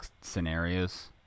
scenarios